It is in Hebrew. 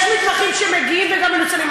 יש מתמחים שמגיעים וגם מנוצלים,